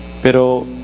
Pero